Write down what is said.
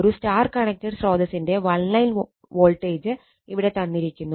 ഒരു Y connected സ്രോതസിന്റെ one line voltage ഇവിടെ തന്നിരിക്കുന്നു